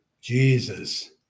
Jesus